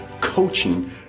coaching